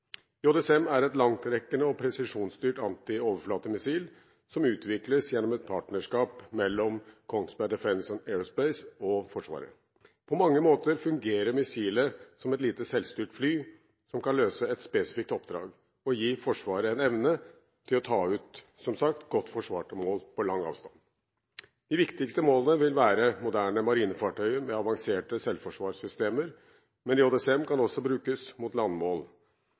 JSM er et langtrekkende og presisjonsstyrt antioverflatemissil som utvikles gjennom et partnerskap mellom Kongsberg Defence & Aerospace og Forsvaret. På mange måter fungerer missilet som et lite selvstyrt fly, som kan løse et spesifikt oppdrag og gi Forsvaret en evne til å ta ut, som sagt, godt forsvarte mål på lang avstand. De viktigste målene vil være moderne marinefartøyer med avanserte selvforvarssystemer, men JSM kan også brukes mot landmål.